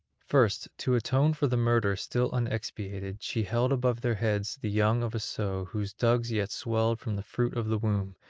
first, to atone for the murder still unexpiated, she held above their heads the young of a sow whose dugs yet swelled from the fruit of the womb,